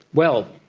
well,